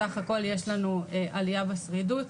בסך הכול יש לנו עלייה בשרידות,